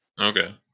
Okay